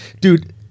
dude